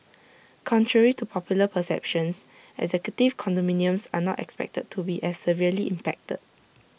contrary to popular perceptions executive condominiums are not expected to be as severely impacted